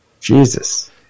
Jesus